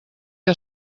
que